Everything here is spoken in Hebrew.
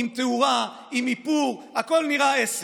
עם תאורה, עם איפור, הכול נראה עשר.